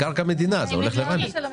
זו קרקע מדינה, זה הולך לרשות מקרקעי ישראל.